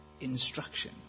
instruction